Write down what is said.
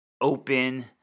open